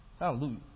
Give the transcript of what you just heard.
Hallelujah